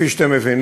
בוא